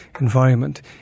environment